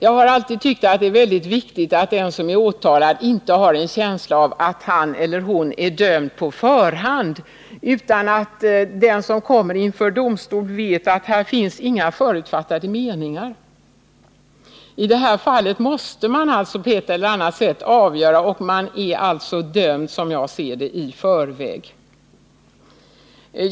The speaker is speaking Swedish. Jag har alltid tyckt att det är väldigt viktigt att den som är åtalad inte har en känsla av att han eller hon är dömd på förhand, utan att den som kommer inför domstol vet att här finns inga förutfattade meningar. I det här fallet måste man alltså på ett eller annat sätt träffa ett avgörande, och den tilltalade är, som jag ser det, dömdi förväg.